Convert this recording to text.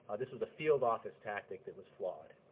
this was a field office tactic that was flawed.